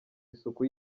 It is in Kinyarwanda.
isuku